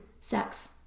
sex